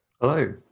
Hello